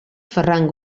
ferran